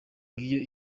ngiyo